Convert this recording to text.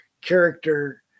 character